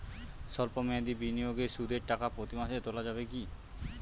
সল্প মেয়াদি বিনিয়োগে সুদের টাকা প্রতি মাসে তোলা যাবে কি?